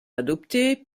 adoptées